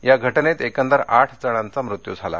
या घटनेत एकंदर आठ जणांचा मृत्यू झाला आहे